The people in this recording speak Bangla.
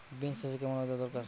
বিন্স চাষে কেমন ওয়েদার দরকার?